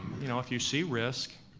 you know if you see risk,